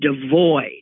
devoid